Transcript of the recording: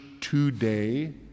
today